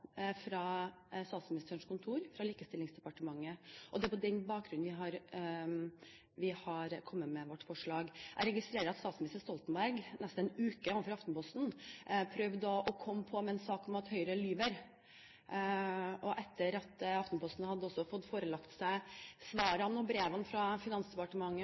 fra Statsministerens kontor og fra Barne- og likestillingsdepartementet. Det er på den bakgrunn vi har kommet med vårt forslag. Jeg registrerer at statsminister Stoltenberg nesten en uke etter artikkelen i Aftenposten prøvde å komme på en sak om at Høyre lyver. Aftenposten har fått seg forelagt svarene og brevene fra Finansdepartementet